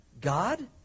God